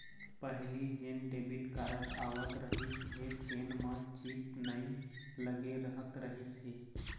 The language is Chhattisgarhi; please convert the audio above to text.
पहिली जेन डेबिट कारड आवत रहिस हे तेन म चिप नइ लगे रहत रहिस हे